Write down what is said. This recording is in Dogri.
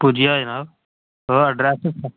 पुज्जी जाग जनाब तुस ऐडरैस लखाओ